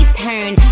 turn